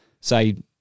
say